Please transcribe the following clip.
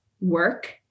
work